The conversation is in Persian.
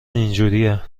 اینجوریه